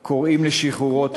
קוראים לשחרורו.